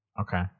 Okay